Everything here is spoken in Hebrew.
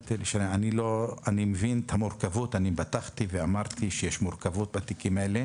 אני מבין את המורכבות אני פתחתי ואמרתי שיש מורכבות בתיקים האלה